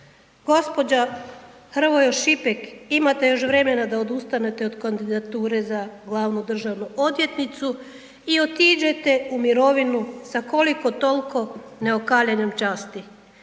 Gđo. Hrvoj Šišek, imate još vremena da odustanete od kandidature za glavnu državnu odvjetnicu i otiđete u mirovinu sa koliko-toliko neokaljanom časti.